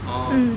orh